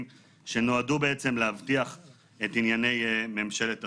שנועדו להבטיח את ענייני ממשלת החילופין.